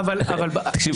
לא נתתם.